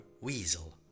weasel